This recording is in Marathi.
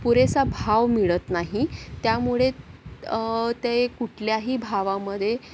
पुरेसा भाव मिळत नाही त्यामुळे ते कुठल्याही भावामध्ये